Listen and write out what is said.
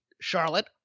Charlotte